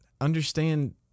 understand